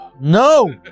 no